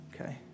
Okay